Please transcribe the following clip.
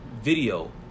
video